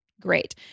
great